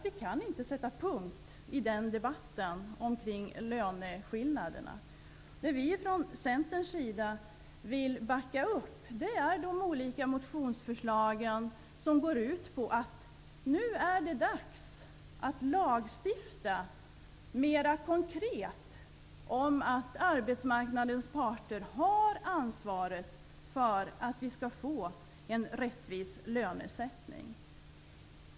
Vi kan inte sätta punkt i debatten om löneskillnaderna. Det vi från Centerns sida vill backa upp är de olika motionsförslagen som går ut på att det nu är dags att lagstifta mer konkret om att arbetsmarknadens parter har ansvaret för att vi skall få en rättvis lönesättning.